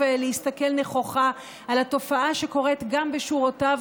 להסתכל נכוחה על התופעה שקורית גם בשורותיו,